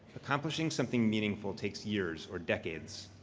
accomplishing something meaningful takes years or decades.